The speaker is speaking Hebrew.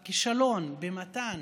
בין כישלון במתן